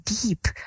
deep